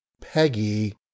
Peggy